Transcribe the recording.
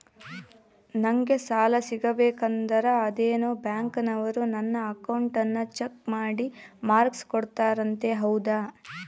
ನಂಗೆ ಸಾಲ ಸಿಗಬೇಕಂದರ ಅದೇನೋ ಬ್ಯಾಂಕನವರು ನನ್ನ ಅಕೌಂಟನ್ನ ಚೆಕ್ ಮಾಡಿ ಮಾರ್ಕ್ಸ್ ಕೋಡ್ತಾರಂತೆ ಹೌದಾ?